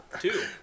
Two